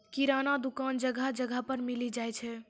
किराना दुकान जगह जगह पर मिली जाय छै